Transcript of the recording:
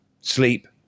sleep